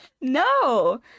No